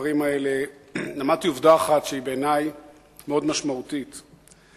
הדברים האלה למדתי עובדה אחת שהיא בעיני משמעותית מאוד.